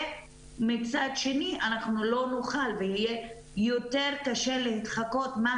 ומצד שני אנחנו לא נוכל ויהיה יותר קשה להתחקות אחר